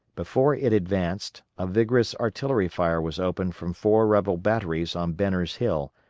before it advanced, a vigorous artillery fire was opened from four rebel batteries on benner's hill,